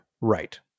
Right